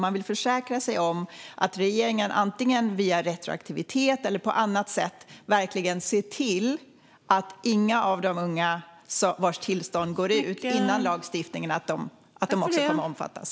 Man vill försäkra sig om att regeringen antingen via retroaktivitet eller på annat sätt ser till att de unga vars tillstånd går ut innan den nya lagstiftningen kommer också kommer att omfattas.